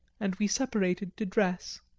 and we separated to dress.